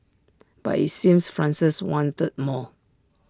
but IT seems Francis wanted more